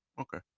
okay